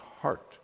heart